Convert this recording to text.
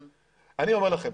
אני אומר לכם,